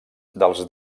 dels